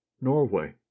Norway